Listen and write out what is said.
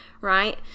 right